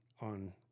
on